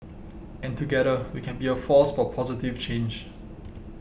and together we can be a force for positive change